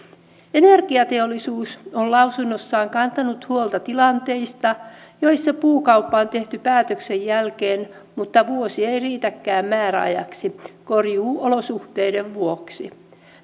energiateollisuus on lausunnossaan kantanut huolta tilanteista joissa puukauppaa on tehty päätöksen jälkeen mutta vuosi ei riitäkään määräajaksi korjuuolosuhteiden vuoksi